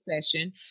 session